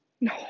no